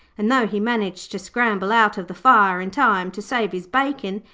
and, though he managed to scramble out of the fire in time to save his bacon,